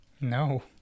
no